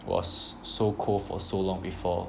was so cold for so long before